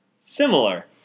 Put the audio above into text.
similar